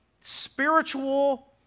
spiritual